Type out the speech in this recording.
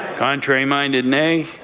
contrary-minded, nay?